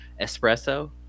espresso